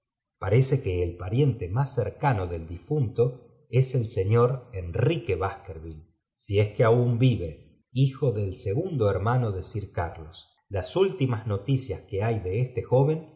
parece que el pariente más cercano del difunto es ei reñor enrique baskerville si es que aún vive hijo del segundo hermano de sir carlos las ultimas noticias que hay de este joven